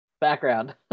background